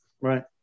right